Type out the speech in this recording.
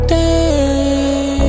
day